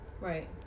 Right